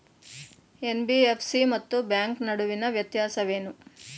NBFC ಮತ್ತು bank ನಡುವಿನ ವ್ಯತ್ಯಾಸವೇನು?